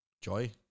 joy